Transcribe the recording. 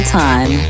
time